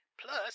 Plus